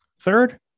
third